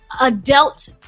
adult